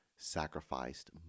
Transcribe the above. sacrificed